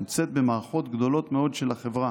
היא נמצאת במערכות גדולות מאוד של החברה